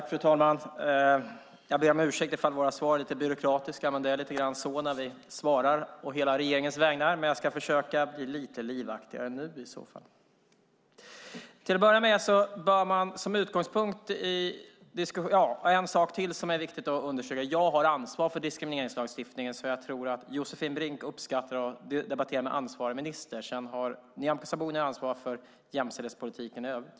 Fru talman! Jag ber om ursäkt ifall våra svar är lite byråkratiska, men det blir lite grann så när vi svarar å hela regeringens vägnar. Jag ska försöka bli lite livaktigare i detta inlägg. Jag vill understryka att jag har ansvar för diskrimineringslagstiftningen, och jag tror att Josefin Brink uppskattar att debattera med ansvarig minister. Sedan har Nyamko Sabuni ansvar för jämställdhetspolitiken i övrigt.